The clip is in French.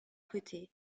côtés